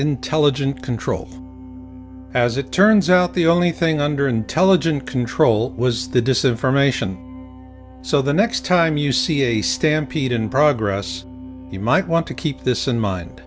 intelligent control as it turns out the only thing under intelligent control was the decision from ation so the next time you see a stampede in progress you might want to keep this in mind